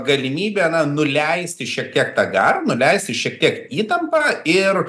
galimybę na nuleisti šiek tiek tą garą nuleisti šiek tiek įtampą ir